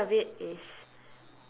so one of it is